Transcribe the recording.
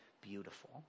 beautiful